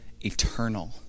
eternal